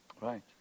Right